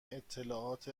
اطلاعات